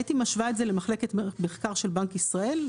הייתי משווה את זה למחלקת מחקר של בנק ישראל,